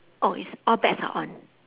oh it's all bets are on